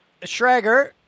Schrager